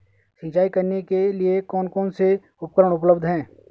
सिंचाई करने के लिए कौन कौन से उपकरण उपलब्ध हैं?